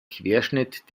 querschnitt